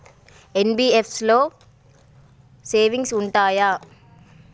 NBFC లో savings ఉంటయా?